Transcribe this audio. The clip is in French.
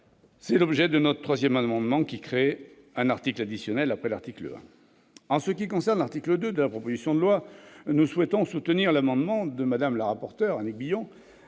est l'objet de notre troisième amendement qui vise à créer un article additionnel après l'article 1. Pour ce qui concerne l'article 2 de la proposition de loi, nous souhaitons soutenir l'amendement que Mme la rapporteur Annick Billon